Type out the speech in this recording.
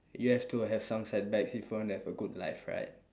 you have to have some setbacks if you want to have a good life right